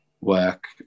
work